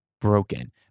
broken